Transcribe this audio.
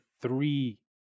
three